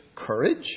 courage